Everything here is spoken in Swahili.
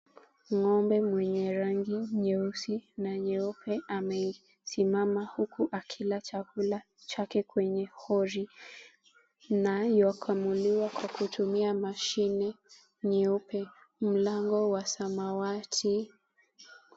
Ng'ombe mwenye rangi nyeupe na nyeusi amesimama huku akila chakula kwenye hori na yuakamuliwa kwa kutumia mashini nyeupe. Mlango wa samawati.